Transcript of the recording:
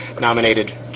nominated